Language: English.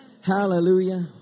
hallelujah